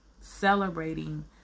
celebrating